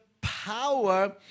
power